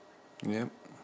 yup